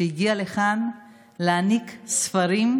שהגיעה לכאן להעניק ספרים,